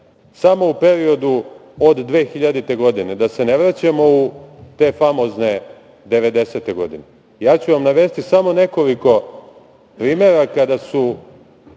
samo u periodu od 2000. godine, da se ne vraćamo u te famozne devedeset godine. Ja ću vam navesti samo nekolik o primera kada su